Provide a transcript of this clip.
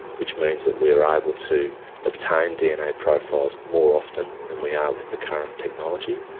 which means that we're able to obtain dna profiles more often than we are with the current technology.